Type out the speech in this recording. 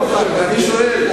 אני שואל,